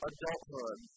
adulthood